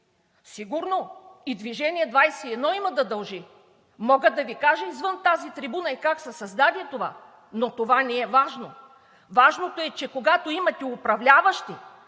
сигурно и „Движение 21“ има да дължи, мога да Ви кажа извън тази трибуна и как се създаде, но това не е важно. Важното е, че когато имате управляващи,